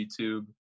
YouTube